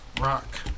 Rock